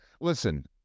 listen